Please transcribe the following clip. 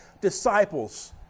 disciples